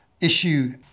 issue